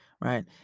right